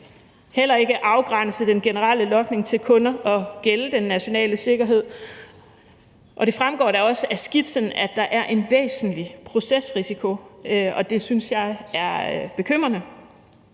heller ikke afgrænse den generelle logning til kun at gælde den nationale sikkerhed. Og det fremgår da også af skitsen, at der er en væsentlig procesrisiko, og det synes jeg er bekymrende.